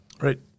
Right